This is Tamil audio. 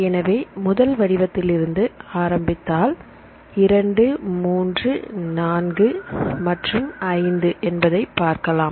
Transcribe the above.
எனவே முதல் வடிவத்திலிருந்து ஆரம்பித்தாள் 2 3 4 மற்றும் 5 என்பதனை பார்க்கலாம்